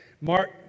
Mark